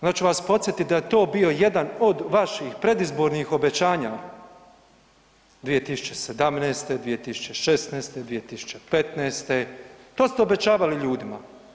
Onda ću vas podsjetit da je to bio jedan od vaših predizbornih obećanja 2017., 2016., 2015., to ste obećavali ljudima.